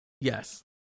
Yes